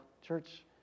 church